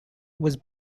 was